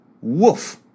Woof